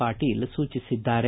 ಪಾಟೀಲ್ ಸೂಚಿಸಿದ್ದಾರೆ